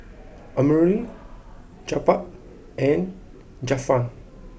Amirul Jebat and Zafran